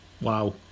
wow